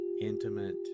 intimate